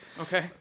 Okay